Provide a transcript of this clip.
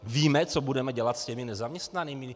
Víme, co budeme dělat s těmi nezaměstnanými?